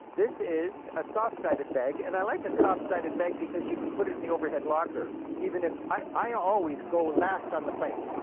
this is a soft-sided bag, and i like a soft-sided bag because you can put it in the overhead locker, even if i always go last on the plane.